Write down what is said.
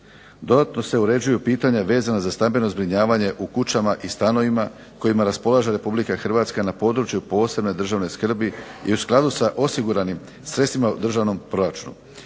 dodatno se uređuju pitanja vezana za stambeno zbrinjavanje u kućama i stanovima kojima raspolaže Republika Hrvatska na području posebne državne skrbi i u skladu sa osiguranim sredstvima u državnom proračunu